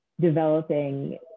developing